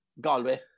Galway